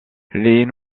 les